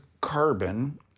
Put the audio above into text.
carbon